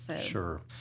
Sure